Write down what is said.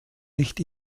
nicht